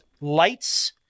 lights